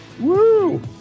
Woo